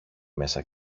μέσα